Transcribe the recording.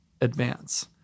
advance